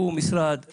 הוא משרד ענק,